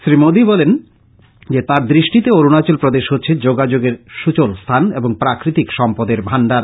শ্রী মোদী বলেন যে তার দৃষ্টিতে অরুণাচল প্রদেশ হচ্ছে যোগাযোগের সুচল স্থান এবং প্রাকৃতিক সম্পদের ভান্ডার